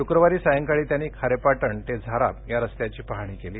शुक्रवारी सायंकाळी त्यांनी खारेपाटण ते झाराप या रस्त्याची पहाणी केली